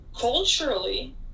culturally